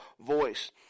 voice